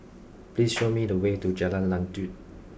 please show me the way to Jalan Lanjut